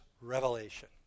revelation